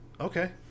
Okay